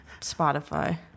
Spotify